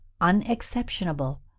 unexceptionable